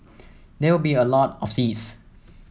and there will be a lot of seeds